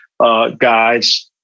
guys